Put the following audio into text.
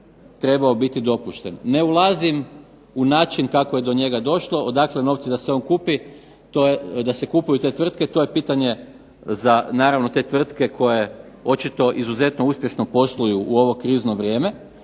trebao biti dopušten. Ne ulazim u način kako je do njega došlo, odakle novci da se kupuju te tvrtke. To je pitanje za naravno te tvrtke koje očito izuzetno uspješno posluju u ovo krizno vrijeme.